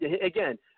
again